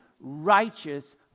righteous